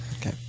Okay